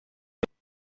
seguro